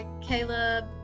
Caleb